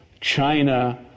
China